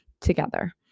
together